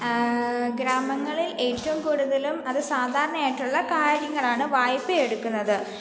ഗ്രാമങ്ങളിൽ ഏറ്റവും കൂടുതലും അത് സാധാരണയായിട്ടുള്ള കാര്യങ്ങളാണ് വായ്പ്പയെടുക്കുന്നത്